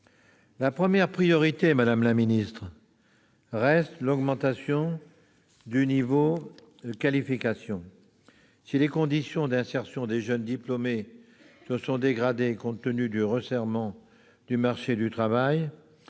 La première des priorités, madame la ministre, reste l'augmentation du niveau de qualification. Si les conditions d'insertion des jeunes diplômés se sont dégradées compte tenu du resserrement du marché du travail,